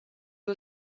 who